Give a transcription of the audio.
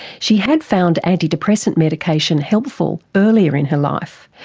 she had found anti-depressant medication helpful earlier in her life,